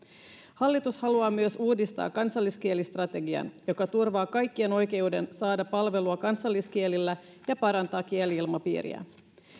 hallitus haluaa myös uudistaa kansalliskielistrategian joka turvaa kaikkien oikeuden saada palvelua kansalliskielillä ja parantaa kieli ilmapiiriä